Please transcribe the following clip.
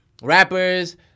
Rappers